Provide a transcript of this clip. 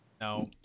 No